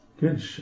Good